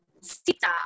Sita